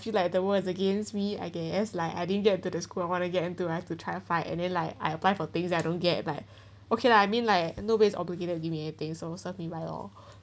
feel like the world is against me I guess like I didn't get to the school I want to get in I have to fight and then like I apply for things that don't get like okay lah I mean like nobody's obligated to give me anything so serve me right lor